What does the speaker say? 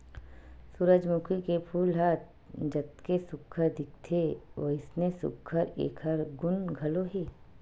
सूरजमूखी के फूल ह जतके सुग्घर दिखथे वइसने सुघ्घर एखर गुन घलो हे